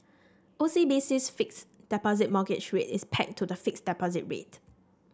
OCBC's Fixed Deposit Mortgage Rate is pegged to the fixed deposit rate